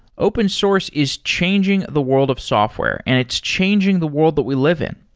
open source is changing the world of software and it's changing the world that we live in.